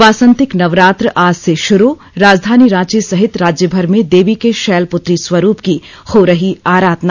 वासंतिक नवरात्र आज से शुरू राजधानी रांची सहित राज्यमर में देवी के शैलपुत्री स्वरूप की हो रही आराधना